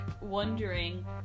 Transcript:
wondering